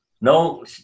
No